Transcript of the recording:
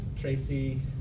Tracy